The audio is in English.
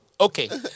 okay